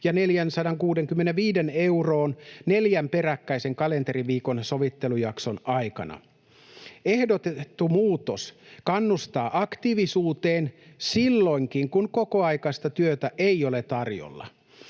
ja 465 euroon neljän peräkkäisen kalenteriviikon sovittelujakson aikana. Ehdotettu muutos kannustaa aktiivisuuteen silloinkin kun kokoaikaista työtä ei ole tarjolla.